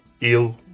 ill